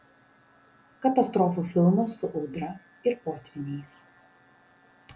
katastrofų filmas su audra ir potvyniais